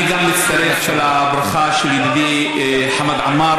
גם אני מצטרף לברכה של ידידי חמד עמאר